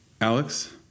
Alex